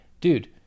dude